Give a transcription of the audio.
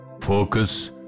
focus